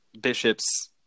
Bishop's